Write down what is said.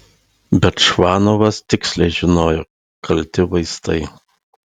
bet čvanovas tiksliai žinojo kalti vaistai